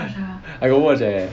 I got watch leh